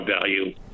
value